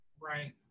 right